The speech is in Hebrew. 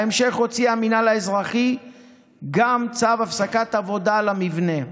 בהמשך הוציא המינהל האזרחי גם צו הפסקת עבודה למבנה.